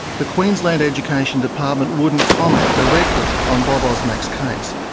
the queensland education department wouldn't comment directly on bob osmak's case,